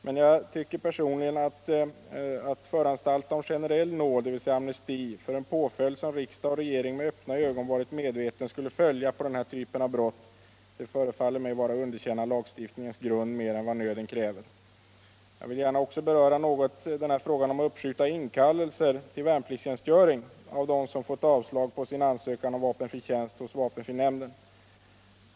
Men att föranstalta om generell nåd, dvs. amnesti för en påföljd som riksdag och regering med öppna ögon varit medvetna om skulle följa på denna typ av brott, förefaller mig personligen vara att underkänna lagstiftningens grund mer än vad nöden kräver. Så till frågan om att uppskjuta inkallelser till värnpliktstjänstgöring av dem som fått avslag på sin ansökan om vapenfri tjänst hos vapenfrinämnden.